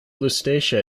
lusatia